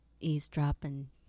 eavesdropping